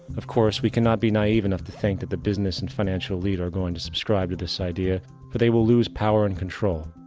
of course, we can not be naive enough to think that the business and financial elite are going to subscribe to this idea for they will lose power and control.